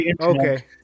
Okay